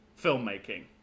filmmaking